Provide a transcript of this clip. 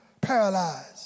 paralyzed